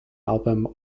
album